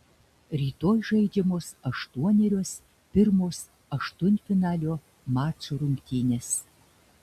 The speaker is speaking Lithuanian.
rytoj žaidžiamos aštuonerios pirmos aštuntfinalio mačų rungtynės